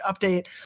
update